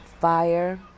fire